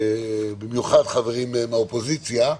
במיוחד חברים מהאופוזיציה,